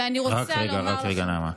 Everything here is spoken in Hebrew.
ואני רוצה לומר לכם, רק רגע, נעמה.